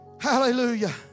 hallelujah